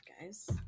guys